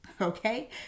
okay